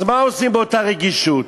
אז מה עושים באותה רגישות?